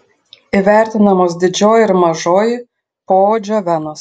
įvertinamos didžioji ir mažoji poodžio venos